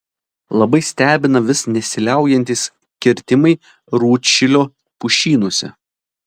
labai stebina vis nesiliaujantys kirtimai rūdšilio pušynuose